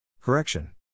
Correction